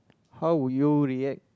how would you react